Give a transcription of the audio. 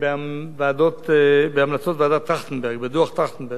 החינוך, המלצות ועדת-טרכטנברג, בדוח-טרכטנברג.